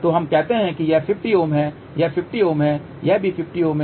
तो हम कहते हैं कि यह 50 Ω है यह 50 Ω है यह भी 50 Ω है